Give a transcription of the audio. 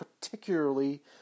particularly